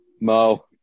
Mo